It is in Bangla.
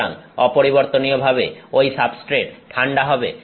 সুতরাং অপরিবর্তনীয়ভাবে ঐ সাবস্ট্রেট ঠান্ডা হবে